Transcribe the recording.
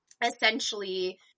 essentially